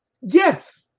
Yes